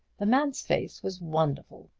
the man's face was wonderful!